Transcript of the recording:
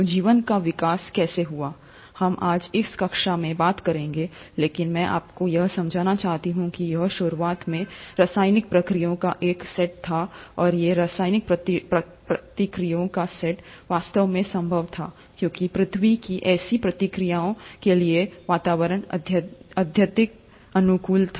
तो जीवन का विकास कैसे हुआ हम आज इस कक्षा में बात करेंगे लेकिन मैं आपको यह समझना चाहता हूं कि यह शुरुआत में रासायनिक प्रतिक्रियाओं का एक सेट था और ये रासायनिक प्रतिक्रियाओं का सेट वास्तव में संभव था क्योंकि पृथ्वी की ऐसी प्रतिक्रियाओं के लिए वातावरण अत्यधिक अनुकूल था